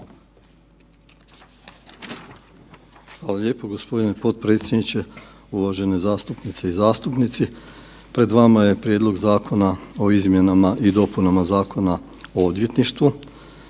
Hvala lijepo g. potpredsjedniče. Uvažene zastupnice i zastupnici. Pred vama je Prijedlog zakona o izmjenama i dopunama Zakona o odvjetništvu.